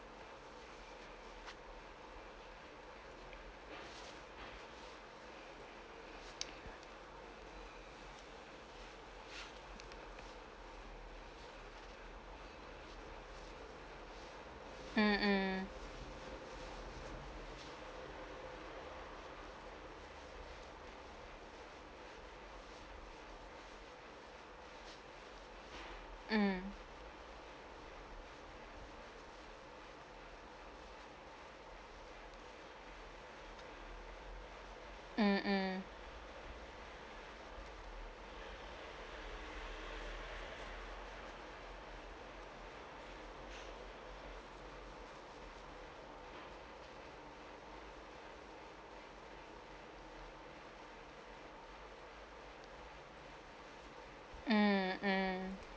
mm mm mm mm mm mm mm